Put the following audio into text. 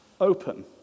open